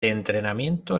entrenamiento